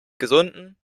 gesunden